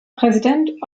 präsident